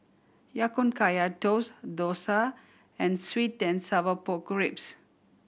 Ya Kun Kaya Toast dosa and sweet and sour pork ribs